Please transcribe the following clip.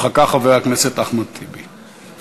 אחר כך, חבר הכנסת אחמד טיבי.